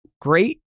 great